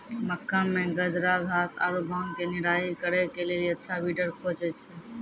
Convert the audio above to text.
मक्का मे गाजरघास आरु भांग के निराई करे के लेली अच्छा वीडर खोजे छैय?